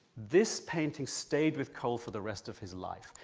this painting stayed with cole for the rest of his life.